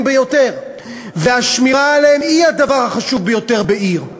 ביותר והשמירה עליהם היא הדבר החשוב ביותר בעיר.